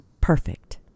Perfect